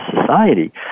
society